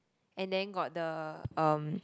and then got the um